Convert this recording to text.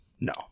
No